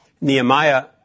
Nehemiah